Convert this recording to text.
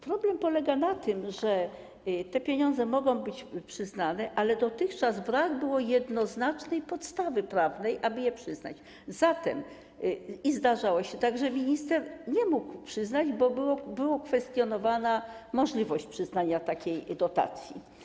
Problem polega na tym, że te pieniądze mogą być przyznane, ale dotychczas brak było jednoznacznej podstawy prawnej, aby je przyznać, i zdarzało się tak, że minister nie mógł przyznać, bo była kwestionowana możliwość przyznania takiej dotacji.